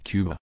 Cuba